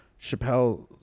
Chappelle